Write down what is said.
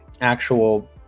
actual